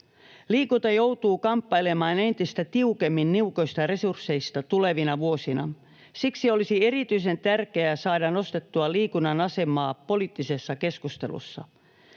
Liikunta joutuu kamppailemaan entistä tiukemmin niukoista resursseista tulevina vuosina. Siksi olisi erityisen tärkeää saada nostettua liikunnan asemaa poliittisessa keskustelussa.